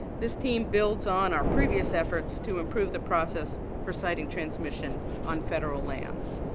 this team builds on our previous efforts to improve the process for citing transmission on federal lands.